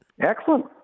Excellent